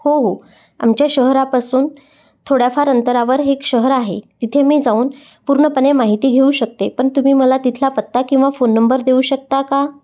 हो हो आमच्या शहरापासून थोड्याफार अंतरावर हे एक शहर आहे तिथे मी जाऊन पूर्णपणे माहिती घेऊ शकते पण तुम्ही मला तिथला पत्ता किंवा फोन नंबर देऊ शकता का